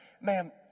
ma'am